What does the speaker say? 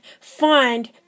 find